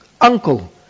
uncle